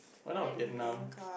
why not Vietnam